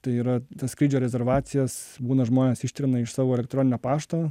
tai yra tas skrydžio rezervacijas būna žmonės ištrina iš savo elektroninio pašto